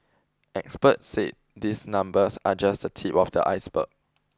experts said these numbers are just the tip of the iceberg